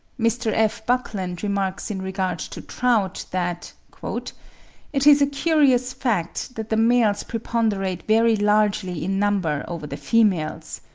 mr. f. buckland remarks in regard to trout, that it is a curious fact that the males preponderate very largely in number over the females.